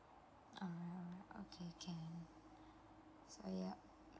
alright okay can